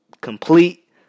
complete